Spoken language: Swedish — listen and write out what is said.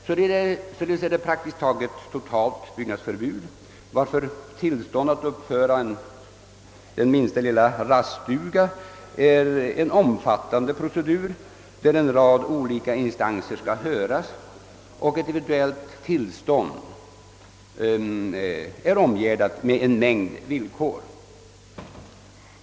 Det råder således nästan totalt byggnadsförbud, varför beviljandet av tillstånd att uppföra den minsta lilla raststuga innebär en omfattande procedur, där en rad olika instanser skall höras. Ett eventuellt tillstånd är också förknippat med en mängd villkor.